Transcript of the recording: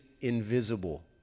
invisible